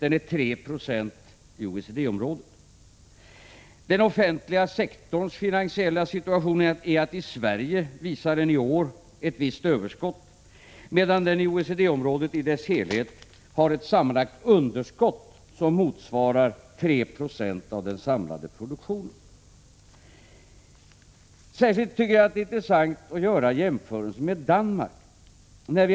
Den är 3 20 i OECD-området. Den offentliga sektorn visar i Sverige i år ett visst överskott, medan den i OECD-området i dess helhet har ett sammanlagt underskott som motsvarar 3 26 av den samlade produktionen. Särskilt intressant är det att göra en jämförelse med Danmark.